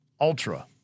Ultra